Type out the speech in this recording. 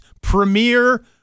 Premier